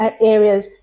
areas